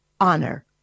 honor